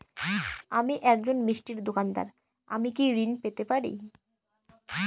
আমি একজন মিষ্টির দোকাদার আমি কি ঋণ পেতে পারি?